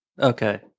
Okay